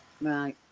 Right